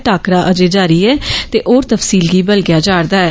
टाकरा अजें जारी ऐ ते होर तफसील गी बलगेआ जा'रदा ऐ